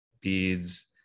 beads